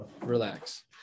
Relax